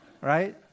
Right